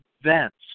events